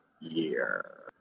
Year